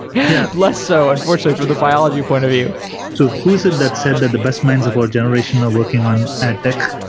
yeah less so unfortunately for the biology point of view so who is it that said that the best minds of our generation are working on ad tech?